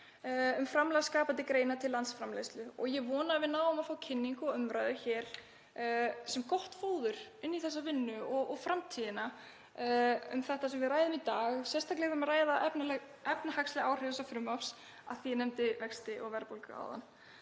um framlag skapandi greina til landsframleiðslu. Ég vona að við náum að fá kynningu og umræðu hér sem gott fóður inn í þessa vinnu og framtíðina hvað varðar það sem við ræðum í dag, sérstaklega þegar við ræðum efnahagsleg áhrif þessa frumvarps af því að ég nefndi vexti og verðbólgu áðan